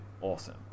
awesome